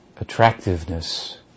attractiveness